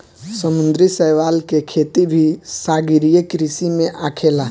समुंद्री शैवाल के खेती भी सागरीय कृषि में आखेला